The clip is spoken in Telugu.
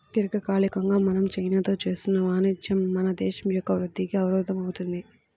దీర్ఘకాలికంగా మనం చైనాతో చేస్తున్న వాణిజ్యం మన దేశం యొక్క వృద్ధికి అవరోధం అవుతుంది